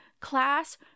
class